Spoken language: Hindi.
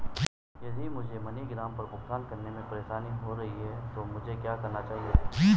यदि मुझे मनीग्राम पर भुगतान करने में परेशानी हो रही है तो मुझे क्या करना चाहिए?